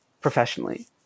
professionally